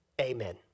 amen